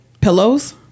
pillows